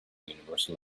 universal